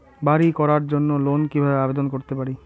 বাড়ি করার জন্য লোন কিভাবে আবেদন করতে পারি?